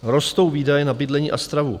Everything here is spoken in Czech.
Rostou výdaje na bydlení a stravu.